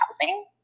housing